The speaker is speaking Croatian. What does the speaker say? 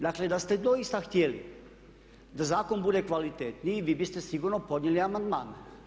Dakle, da ste doista htjeli da zakon bude kvalitetniji vi biste sigurno podnijeli amandmane.